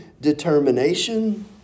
determination